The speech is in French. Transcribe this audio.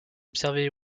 observer